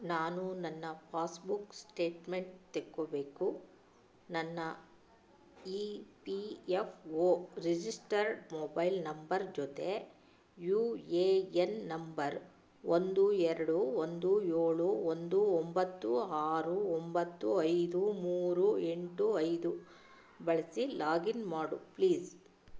ನಾನು ನನ್ನ passbook statement ತೆಕ್ಕೋಬೇಕು ನನ್ನಇ P F O registered mobile number ಜೊತೆ ಯು ಎ ಎನ್ ನಂಬರ್ ಒಂದು ಎರಡು ಒಂದು ಏಳು ಒಂದು ಒಂಬತ್ತು ಆರು ಒಂಬತ್ತು ಐದು ಮೂರು ಎಂಟು ಐದು ಬಳಸಿ ಲಾಗಿನ್ ಮಾಡು ಪ್ಲೀಸ್